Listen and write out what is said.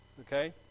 Okay